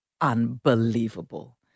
unbelievable